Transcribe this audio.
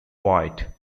white